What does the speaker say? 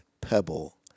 Pebble